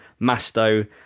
Masto